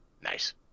nice